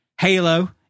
Halo